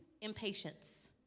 Impatience